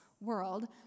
world